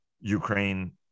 Ukraine